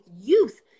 youth